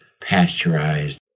pasteurized